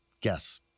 Guess